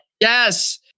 Yes